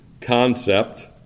concept